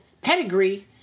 pedigree